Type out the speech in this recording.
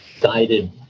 guided